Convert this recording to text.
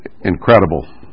incredible